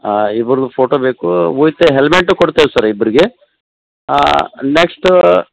ಆಂ ಇಬ್ರರ್ದು ಫೋಟೋ ಬೇಕು with helmet ಕೊಡ್ತೇವೆ ಸರ್ ಇಬ್ಬರಿಗೆ ನೆಕ್ಸ್ಟ್